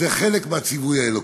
זה חלק מהציווי האלוקי.